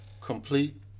complete